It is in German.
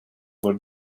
wurde